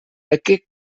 aquests